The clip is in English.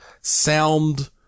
sound